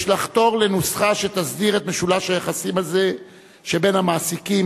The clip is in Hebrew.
יש לחתור לנוסחה שתסדיר את משולש היחסים הזה שבין המעסיקים,